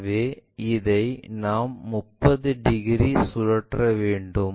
எனவே இதை நாம் 30 டிகிரி சுழற்ற வேண்டும்